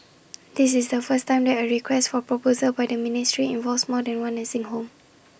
this is the first time that A request for proposal by the ministry involves more than one nursing home